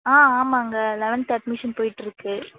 ஆ ஆமாங்க eleventh admission போயிட்யிருக்கு